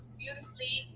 beautifully